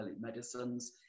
medicines